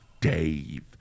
Dave